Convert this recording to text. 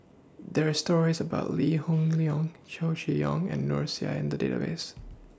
There Are stories about Lee Hoon Leong Chow Chee Yong and Noor S I in The Database